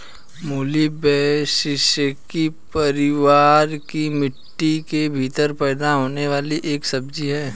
मूली ब्रैसिसेकी परिवार की मिट्टी के भीतर पैदा होने वाली एक सब्जी है